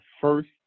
first